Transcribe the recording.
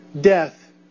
death